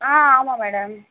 ஆ ஆமாம் மேடம்